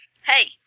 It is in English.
Hey